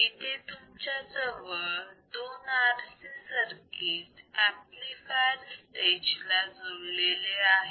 इथे तुमच्याजवळ दोन RC सर्किट ऍम्प्लिफायर स्टेज ला जोडलेले आहेत